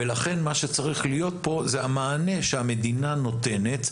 לכן מה שצריך להיות פה זה המענה שהמדינה נותנת,